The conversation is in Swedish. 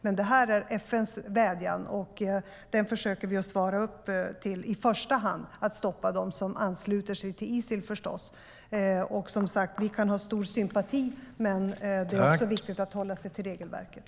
Men det är FN:s vädjan, och den försöker vi att svara upp mot, i första hand när det gäller att stoppa dem som ansluter sig till Isil. Vi kan ha stor sympati, men det är viktigt att hålla sig till regelverket.